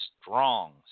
strong